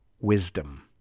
wisdom